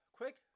quick